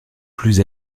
plus